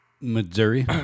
Missouri